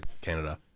Canada